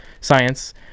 science